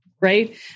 Right